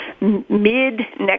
mid-next